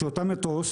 שאותו מטוס,